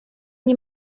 nie